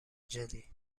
jelly